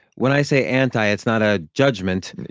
when i say anti, it's not a judgment,